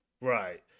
Right